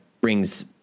brings